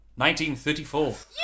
1934